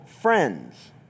friends